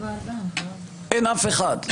אין אף אחד.